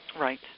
Right